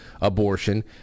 abortion